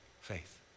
faith